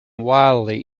wildly